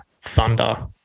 Thunder